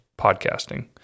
podcasting